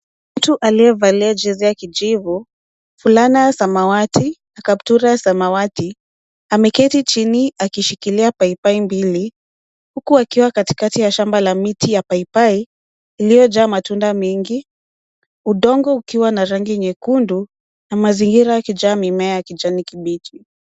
Mtu aliyevalia jezi ya kijivu, fulana ya samawati na kaptura ya samawati ameketi chini akishikilia paipai mbili, huku akiwa katika shamba la miti ya paipai iliyojaa matunda mengi, udongo ukiwa na rangi nyekundu na mazingira yakijaa mimea ya kijani kibichi.